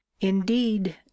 Indeed